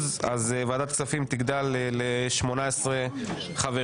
אז ועדת הכספים תגדל ל-18 חברים.